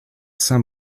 saint